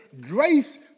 grace